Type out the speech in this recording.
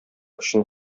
өчен